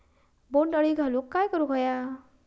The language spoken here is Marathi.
बोंड अळी घालवूक काय करू व्हया?